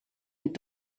mit